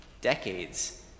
decades